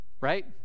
right